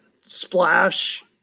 splash